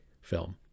film